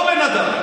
באת לאותו בן אדם,